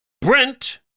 Brent